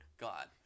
God